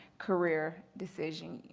career decision,